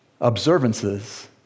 observances